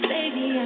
Baby